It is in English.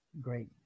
great